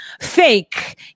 fake